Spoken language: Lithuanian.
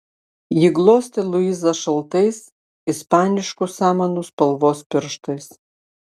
ji glostė luizą šaltais ispaniškų samanų spalvos pirštais